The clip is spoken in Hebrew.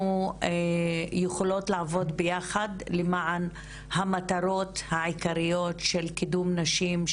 יכולות לעבוד ביחד למען המטרות העיקריות של קידום נשים,